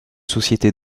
société